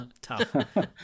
Tough